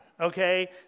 okay